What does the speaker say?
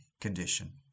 condition